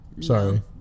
Sorry